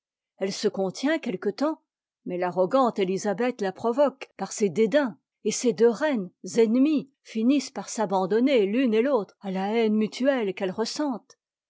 elle se contient quelque temps mais l'arrogante élisabeth la provoque par ses dédains et ces deux reines ennemies finissent par s'abandonner l'une et l'autre à la haine mutuelle qu'elles ressentent